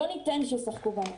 לא ניתן שישחקו בנו.